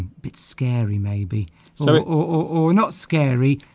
bit scary maybe so or not scary